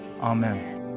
amen